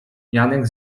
janek